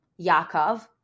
Yaakov